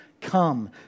come